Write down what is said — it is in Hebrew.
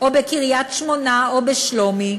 או בקריית-שמונה, או בשלומי,